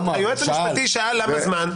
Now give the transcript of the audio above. היועץ המשפטי שאל למה זמן?